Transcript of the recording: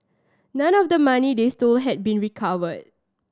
none of the money they stole had been recovered